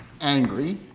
Angry